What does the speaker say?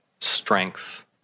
strength